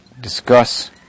discuss